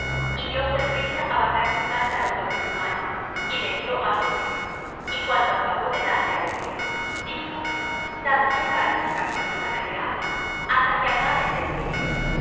y dióse prisa á bajar su cántaro sobre su mano y le dió á beber y cuando acabó de darle á beber dijo también para tus camellos sacaré agua hasta que acaben de beber